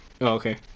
okay